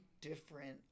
different